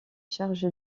chargé